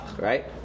right